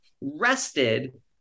rested